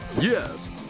Yes